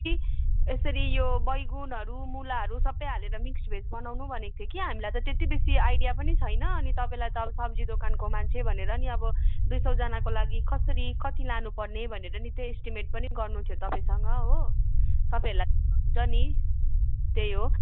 कि यसरी यो बैगुनहरू मुलाहरू सबै हालेर मिक्स भेज बनाउनु भनेको थिएँ कि हामीलाई त त्यति बेसी आइडिया पनि छैन अनि तपाईँलाई त सब्जी दोकानको मान्छे भनेर नि अब दुई सौजनाको लागि कसरी कति लानुपर्ने भनेर नि त्यही एस्टिमेट गर्नु थियो तपाईँसँग हो तपाईँहरूलाई थाह हुन्छ नि त्यही हो